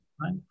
Right